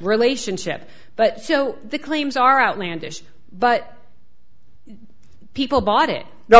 relationship but so the claims are outlandish but people bought it no